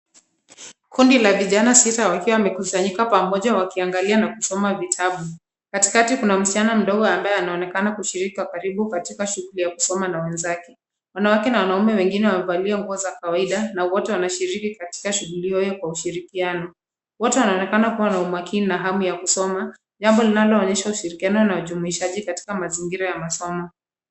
Kundi la vijana sita wakiwa wamekusanyika pamoja wakiangalia na kusoma vitabu. Katikati kuna msichana mdogo ambaye anaonekana kushiriki kwa karibu katika shughuli ya kusoma na wenzake. Wanaume na wanawake wengine, wamevalia nguo za kawaida, na wote wanashiriki katika shughuli hiyo kwa ushirikiano, wote wanaonekana kuwa na umakini na hamu ya kusoma, jambo linaloonyesha ushirikiano na ujumuishaji katika mazingira ya masomo.